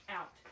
out